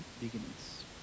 beginnings